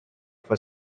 for